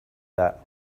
that